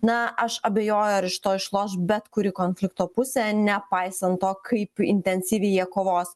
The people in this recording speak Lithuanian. na aš abejoju ar iš to išloš bet kuri konflikto pusė nepaisant to kaip intensyvėja kovos